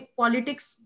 politics